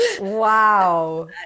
Wow